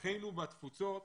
אחינו בתפוצות